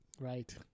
Right